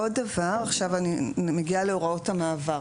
עוד דבר, אני מגיעה עכשיו להוראות המעבר.